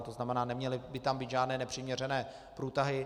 To znamená, neměly by tam být žádné nepřiměřené průtahy.